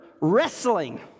wrestling